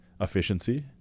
efficiency